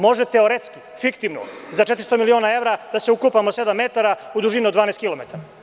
Može teoretski, fiktivno za 400 miliona evra da se ukopamo sedam metara u dužinu od 12 km.